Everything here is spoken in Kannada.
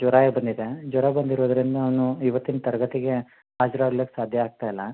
ಜ್ವರ ಬಂದಿದೆ ಜ್ವರ ಬಂದಿರೋದರಿಂದ ಅವನು ಇವತ್ತಿನ ತರಗತಿಗೆ ಹಾಜರಾಗಲಿಕ್ಕೆ ಸಾಧ್ಯ ಆಗ್ತಾ ಇಲ್ಲ